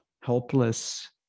helpless